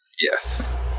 yes